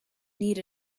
need